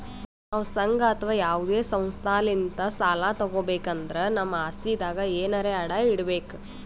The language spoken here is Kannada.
ನಾವ್ ಸಂಘ ಅಥವಾ ಯಾವದೇ ಸಂಸ್ಥಾಲಿಂತ್ ಸಾಲ ತಗೋಬೇಕ್ ಅಂದ್ರ ನಮ್ ಆಸ್ತಿದಾಗ್ ಎನರೆ ಅಡ ಇಡ್ಬೇಕ್